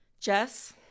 Jess